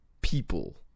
people